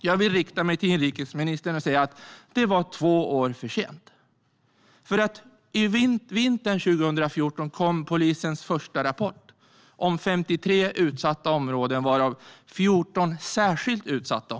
Jag vill rikta mig till inrikesministern och säga att det var två år för sent. Vintern 2014 kom polisens första rapport om 53 utsatta områden, varav 14 var särskilt utsatta.